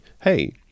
Hey